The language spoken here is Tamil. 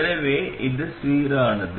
எனவே இது சீரானது